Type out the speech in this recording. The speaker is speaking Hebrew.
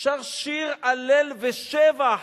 שר שיר הלל ושבח,